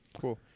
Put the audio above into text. Cool